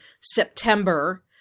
September